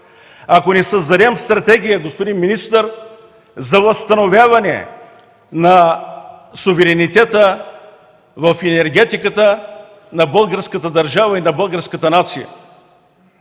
ако не създадем стратегия за възстановяване на суверенитета в енергетиката на българската държава и българската нация.